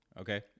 okay